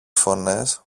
φωνές